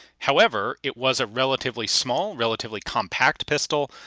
however it was a relatively small, relatively compact pistol,